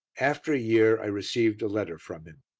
after a year i received a letter from him.